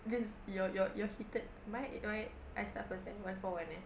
cause your your your heated my my I start first eh one for one eh